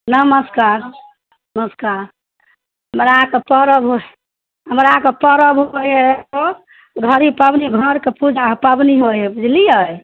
नमस्कार नमस्कार हमराके परब हमराके परब होइए एगो घड़ी पाबनि घरके पूजा पाबनि होइए बुझलिए